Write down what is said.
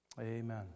Amen